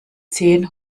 zehn